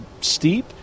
steep